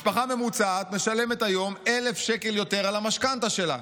משפחה ממוצעת משלמת היום 1,000 שקל יותר על המשכנתה שלה.